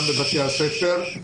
גם בבתי הספר.